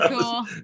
cool